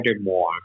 more